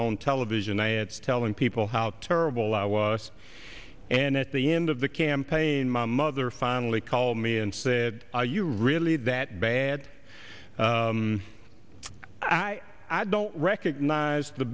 on television ads telling people how terrible i was and at the end of the campaign my mother finally called me and said are you really that bad i don't recognize the